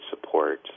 support